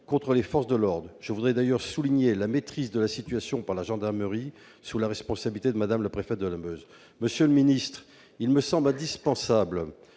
sur les forces de l'ordre. Je voudrais d'ailleurs souligner la maîtrise de la situation par la gendarmerie, sous la responsabilité de Mme la préfète de la Meuse. Monsieur le ministre, il me semble indispensable